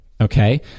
okay